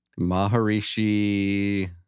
Maharishi